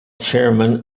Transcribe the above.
chairman